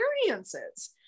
experiences